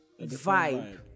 vibe